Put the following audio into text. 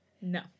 No